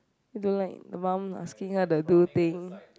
he don't like the mum asking her to do thing